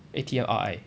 A_T_M_R_I